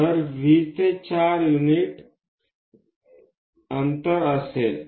तर V 4 unit अंतर असेल